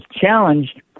challenged